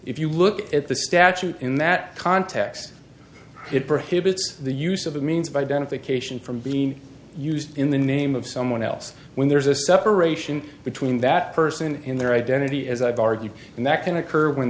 you look at the statute in that context it prohibits the use of a means of identification from being used in the name of someone else when there's a separation between that person in their identity as i've argued and that can occur when